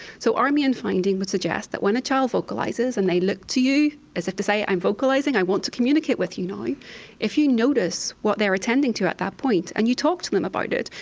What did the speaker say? so our main finding would suggest that when a child vocalises and they look to you as if to say, i am vocalising i want to communicate with you know now if you notice what they are attending to at that point and you talk to them about it,